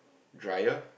dryer